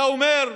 אתה אומר: